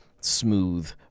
smooth